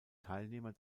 teilnehmer